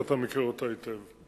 ואתה מכיר אותה היטב.